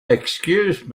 excuse